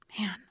Man